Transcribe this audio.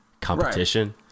competition